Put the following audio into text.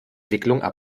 wicklungen